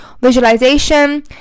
visualization